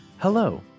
Hello